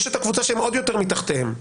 יש את הקבוצה שעוד יותר מתחתם,